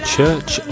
Church